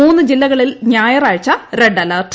മൂന്ന് ജില്ലകളിൽ ഞായറാഴ്ച റെഡ് അലർട്ട്